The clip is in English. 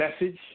message